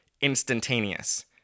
instantaneous